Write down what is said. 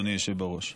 אדוני היושב בראש: